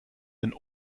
den